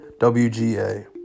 WGA